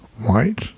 white